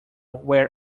where